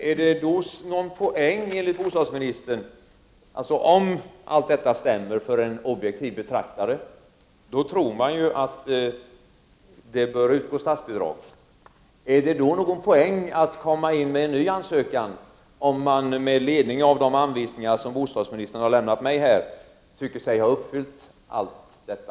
Fru talman! Om allt detta stämmer för en objektiv betraktare, tror man att det bör utgå statsbidrag. Är det då någon poäng med att komma in med en ny ansökan, om man med ledning av de anvisningar som bostadsministern har lämnat mig här tycker sig ha uppfyllt allt detta?